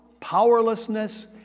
powerlessness